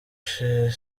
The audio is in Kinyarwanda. chez